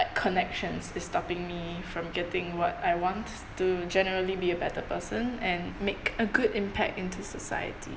like connections is stopping me from getting what I want to generally be a better person and make a good impact into society